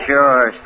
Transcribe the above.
Sure